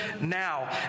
now